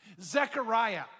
Zechariah